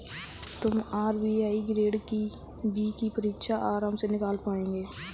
तुम RBI grade B की परीक्षा आराम से निकाल पाओगे